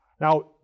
Now